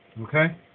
Okay